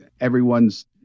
everyone's